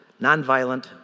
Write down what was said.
nonviolent